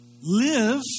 live